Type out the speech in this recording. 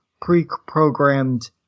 pre-programmed